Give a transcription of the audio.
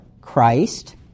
Christ